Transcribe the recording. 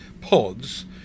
pods